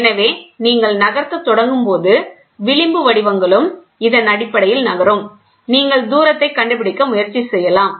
எனவே நீங்கள் நகர்த்த தொடங்கும் போது விளிம்பு வடிவங்களும் இதன் அடிப்படையில் நகரும் நீங்கள் தூரத்தைக் கண்டுபிடிக்க முயற்சி செய்யலாம்